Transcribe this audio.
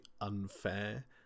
unfair